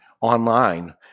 online